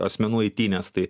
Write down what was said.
asmenų eitynes tai